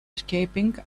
escaping